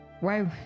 Wow